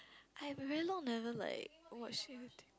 I have very long never like watch YouTube